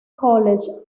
college